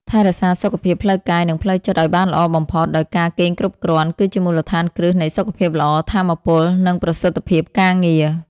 ថែរក្សាសុខភាពផ្លូវកាយ និងផ្លូវចិត្តឱ្យបានល្អបំផុតដោយការគេងគ្រប់គ្រាន់គឺជាមូលដ្ឋានគ្រឹះនៃសុខភាពល្អ ថាមពល និងប្រសិទ្ធភាពការងារ។